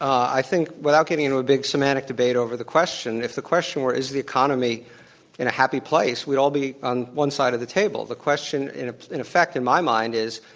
i think, without getting into a big semantic debate over the question, if the question were is the economy in a happy place, we'd all be on one side of the table. the question in in effect, in my mind, is,